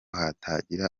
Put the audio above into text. hatagira